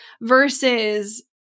versus